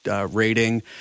rating